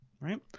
right